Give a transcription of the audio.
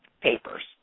papers